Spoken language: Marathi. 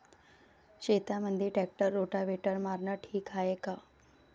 शेतामंदी ट्रॅक्टर रोटावेटर मारनं ठीक हाये का?